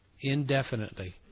indefinitely